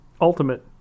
ultimate